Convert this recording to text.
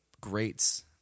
greats